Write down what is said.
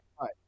right